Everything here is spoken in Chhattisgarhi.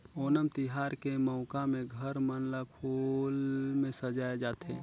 ओनम तिहार के मउका में घर मन ल फूल में सजाए जाथे